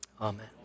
amen